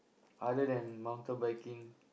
other than mountain biking